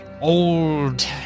old